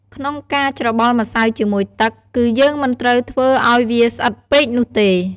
ក្នុងការច្របល់ម្សៅជាមួយទឹក គឺយើងមិនត្រូវធ្វើឱ្យវាស្អិតពេកនោះទេ។